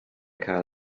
cael